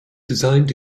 designed